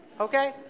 Okay